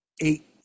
eight